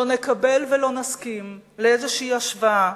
לא נקבל ולא נסכים להשוואה